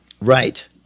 Right